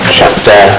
chapter